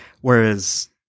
Whereas